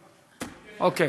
אוקיי,